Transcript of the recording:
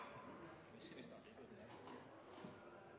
vi, og vi starter